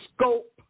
Scope